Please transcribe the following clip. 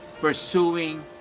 pursuing